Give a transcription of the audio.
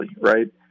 right